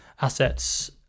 assets